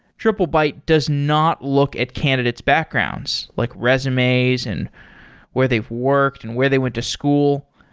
triplebyte does not look at candidate's backgrounds, like resumes and where they've worked and where they went to school.